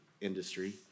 industry